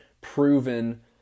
proven